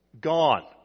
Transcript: Gone